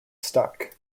stuck